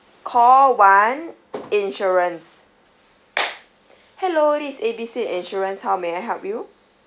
call one insurance hello this is A B C insurance how may I help you